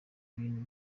bintu